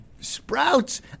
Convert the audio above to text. sprouts